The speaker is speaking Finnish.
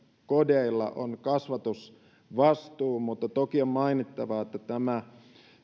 kodeilla on kasvatusvastuu mutta toki on mainittava että tämä